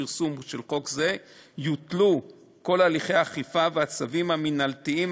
הפרסום של חוק זה יותלו כל הליכי האכיפה והצווים המינהלתיים